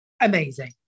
amazing